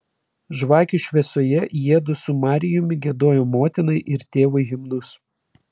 žvakių šviesoje jiedu su marijumi giedojo motinai ir tėvui himnus